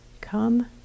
come